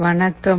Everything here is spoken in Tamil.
வணக்கம்